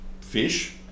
fish